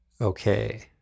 Okay